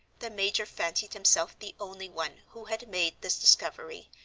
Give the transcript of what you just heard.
the major fancied himself the only one who had made this discovery,